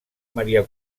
maria